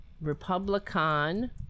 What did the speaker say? Republican